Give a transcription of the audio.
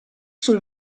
sul